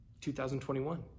2021